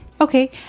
Okay